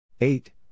Eight